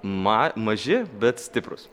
ma maži bet stiprūs